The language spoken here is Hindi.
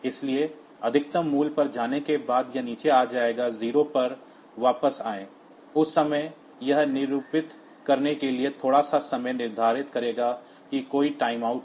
इसलिए अधिकतम मूल्य पर जाने के बाद यह नीचे आ जाएगा 0 पर वापस आएं उस समय यह निरूपित करने के लिए थोड़ा सा समय निर्धारित करेगा कि कोई टाइमआउट है